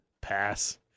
Pass